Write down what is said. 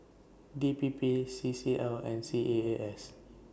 D P P C C L and C A A S